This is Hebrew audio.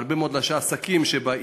והרבה מאוד אנשי עסקים שבאים